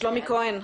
שלומי כהן,